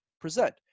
present